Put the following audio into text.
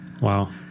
Wow